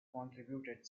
contributed